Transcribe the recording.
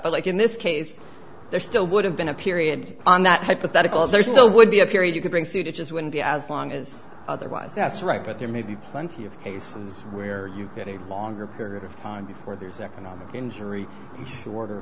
but like in this case if there still would have been a period on that hypothetical there still would be a period you could bring suit it just wouldn't be as long as otherwise that's right but there may be plenty of cases where you get a longer period of time before there's economic injury and shorter